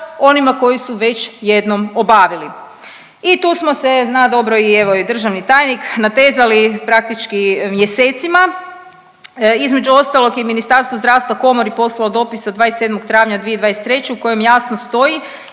onima koji su već jednom obavili. I tu smo se zna dobro i evo i državni tajnik natezali praktički mjesecima, između ostalog je i Ministarstvo zdravstva komori poslalo dopis od 27. travnja 2023. u kojem jasno stoji